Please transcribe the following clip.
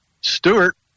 Stewart